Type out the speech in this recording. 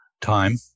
time